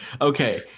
okay